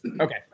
okay